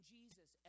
Jesus